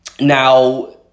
Now